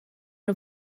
nhw